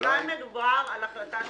כאן מדובר על החלטה שיפוטית.